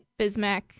Bismack